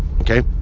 Okay